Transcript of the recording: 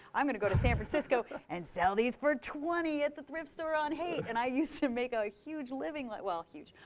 i'm going to go to san francisco and sell these for twenty dollars at the thrift store on haight. and i used to make a huge living like well, huge.